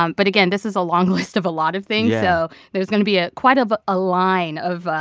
um but again, this is a long list of a lot of things yeah so there's going to be ah quite of a line of.